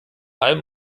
allen